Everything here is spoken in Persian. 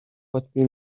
قطبی